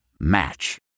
Match